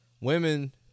women